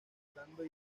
tratando